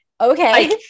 okay